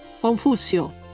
Confucio